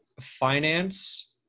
finance